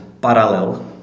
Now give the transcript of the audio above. parallel